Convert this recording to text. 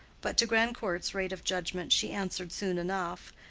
but to grandcourt's rate of judgment she answered soon enough,